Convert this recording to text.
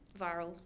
viral